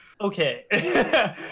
okay